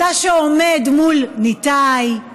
אתה שעומד מול ניתאי,